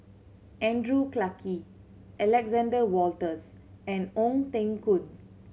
Andrew Clarke Alexander Wolters and Ong Teng Koon